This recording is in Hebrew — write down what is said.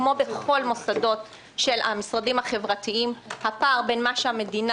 כמו בכל המוסדות של המשרדים החברתיים הפער בין מה שהמדינה